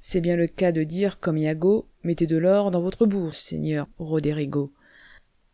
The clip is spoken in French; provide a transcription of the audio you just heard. c'est bien le cas de dire comme yago mettez de l'or dans votre bourse seigneur roderigo